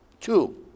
two